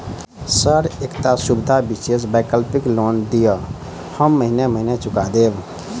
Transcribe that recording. Sir एकटा सुविधा विशेष वैकल्पिक लोन दिऽ हम महीने महीने चुका देब?